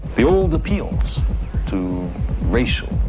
the old appeals to racial,